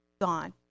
gone